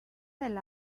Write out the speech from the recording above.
del